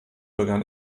begann